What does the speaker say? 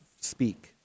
speak